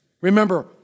Remember